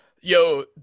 yo